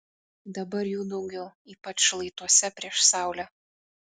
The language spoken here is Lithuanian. dabar jų daugiau ypač šlaituose prieš saulę